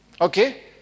Okay